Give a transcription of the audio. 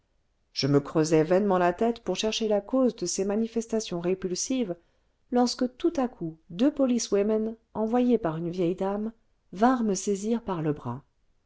je me creusais vainement la tête pour chercher la cause de ces manifestations répulsives lorsque tout à coup deux policewomen envoyées par une vieille dame vinrent me saisir par le bras